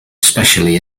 especially